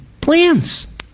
plans